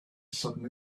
sudden